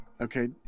Okay